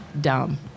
Dumb